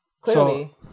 Clearly